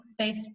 Facebook